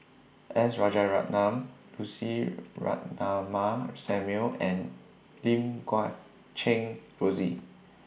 S Rajaratnam Lucy Ratnammah Samuel and Lim Guat Kheng Rosie